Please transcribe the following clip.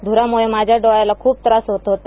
धुरामुळे माझ्या डोळयाला बूप त्रास होत होता